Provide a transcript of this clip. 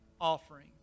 Offering